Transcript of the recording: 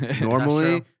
normally